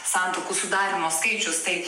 santuokų sudarymo skaičius tai